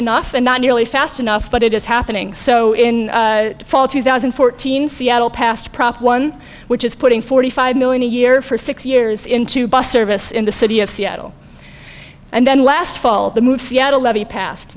enough and not nearly fast enough but it is happening so in fall two thousand and fourteen seattle passed prop one which is putting forty five million a year for six years into bus service in the city of seattle and then last fall the move seattle